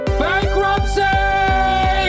bankruptcy